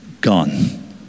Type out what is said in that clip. gone